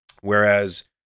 Whereas